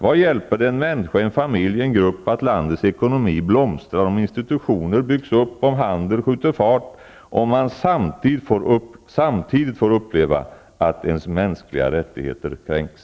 Vad hjälper det en människa, en familj, en grupp att landets ekonomi blomstrar, att institutioner byggs upp, att handeln skjuter fart, om man samtidigt får uppleva att ens mänskliga rättigheter kränks?